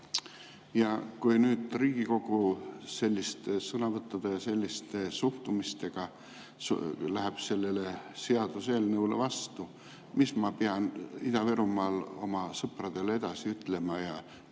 Ja kui nüüd Riigikogu selliste sõnavõttude ja sellise suhtumisega läheb sellele seaduseelnõule vastu, siis mis ma pean Ida-Virumaal oma sõpradele ja tuttavatele